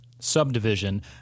Subdivision